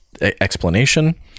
explanation